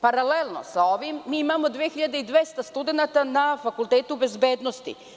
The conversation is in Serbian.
Paralelno sa ovim, mi imamo 2.200 studenata na Fakultetu bezbednosti.